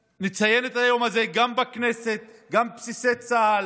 לציין את היום הזה גם בכנסת, גם בבסיסי צה"ל,